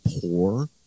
poor